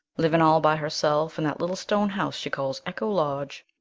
living all by herself in that little stone house she calls echo lodge.